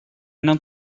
not